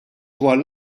dwar